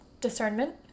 discernment